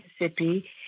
Mississippi